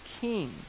king